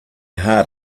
heart